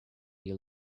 you